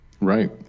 Right